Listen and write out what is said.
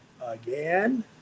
Again